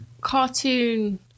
cartoon